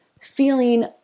feeling